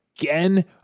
again